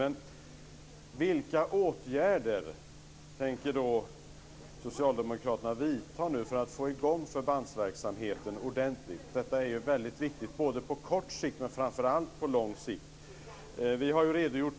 Men vilka åtgärder tänker Socialdemokraterna vidta för att få i gång förbandsverksamheten ordentligt? Detta är väldigt viktigt på kort sikt men framför allt på lång sikt.